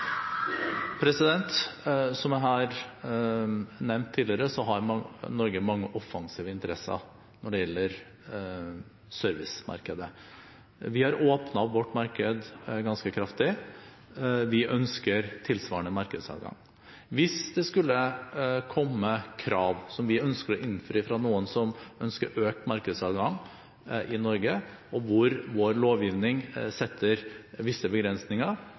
Som jeg har nevnt tidligere, har Norge mange offensive interesser når det gjelder servicemarkedet. Vi har åpnet vårt marked ganske kraftig. Vi ønsker tilsvarende markedsadgang. Hvis det skulle komme krav som vi ønsker å innfri fra noen som ønsker økt markedsadgang i Norge, og hvor vår lovgivning setter visse begrensninger,